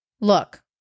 look